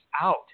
out